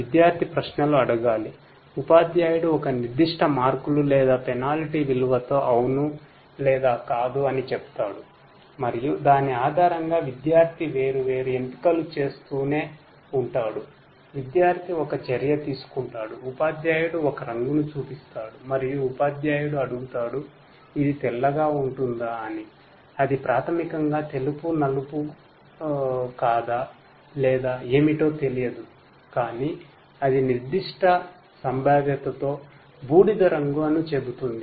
విద్యార్థి ప్రశ్నలు అడగాలి ఉపాధ్యాయుడు ఒక నిర్దిష్ట మార్కులు లేదా పెనాల్టీ విలువతో అవును లేదా కాదు అని చెప్తాడు మరియు దాని ఆధారంగా విద్యార్థి వేర్వేరు ఎంపికలు చేస్తూనే ఉంటాడు విద్యార్థి ఒక చర్య తీసుకుంటాడు ఉపాధ్యాయుడు ఒక రంగును చూపిస్తాడు మరియు ఉపాధ్యాయుడు అడుగుతాడు ఇది తెల్లగా ఉంటుందా అని అది ప్రాథమికంగా తెలుపు నలుపు కాదా లేదా ఏమిటో తెలియదు కాని అది నిర్దిష్ట సంభావ్యతతో బూడిదరంగు అని చెబుతుంది